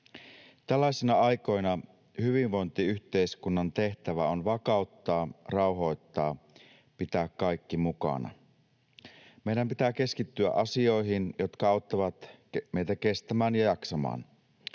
Tällaisina aikoina hyvinvointiyhteiskunnan tehtävä on vakauttaa, rauhoittaa, pitää kaikki mukana. Meidän pitää keskittyä asioihin, jotka auttavat meitä kestämään ja jaksamaan.